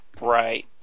Right